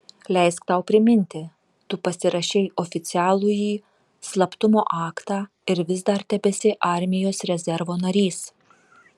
leisk tau priminti tu pasirašei oficialųjį slaptumo aktą ir vis dar tebesi armijos rezervo narys